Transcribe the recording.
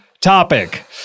topic